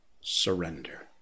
surrender